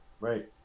Right